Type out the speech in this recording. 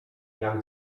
jak